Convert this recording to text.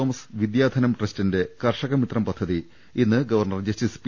Thomas Vidyadhanam ട്രസ്റ്റിന്റെ കർഷക മിത്രം പദ്ധതി ഇന്ന് ഗവർണർ ജസ്റ്റിസ് പി